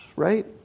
Right